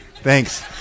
thanks